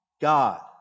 God